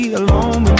alone